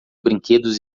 brinquedos